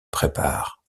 prépare